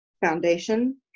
foundation